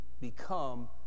become